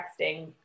texting